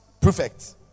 perfect